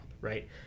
Right